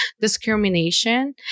discrimination